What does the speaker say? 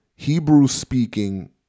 Hebrew-speaking